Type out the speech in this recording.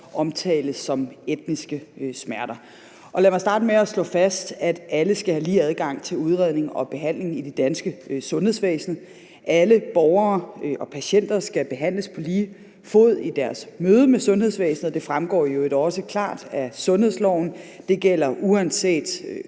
omtales som etniske smerter. Lad mig starte med at slå fast, at alle skal have lige adgang til udredning og behandling i det danske sundhedsvæsen. Alle borgere og patienter skal behandles på lige fod i deres møde med sundhedsvæsenet, og det fremgår i øvrigt også klart af sundhedsloven. Det gælder uanset